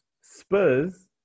Spurs